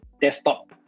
desktop